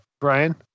Brian